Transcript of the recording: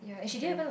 okay